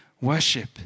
worship